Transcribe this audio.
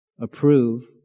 approve